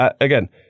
Again